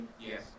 Yes